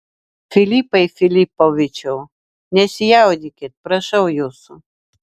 filipai filipovičiau nesijaudinkit prašau jūsų